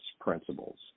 principles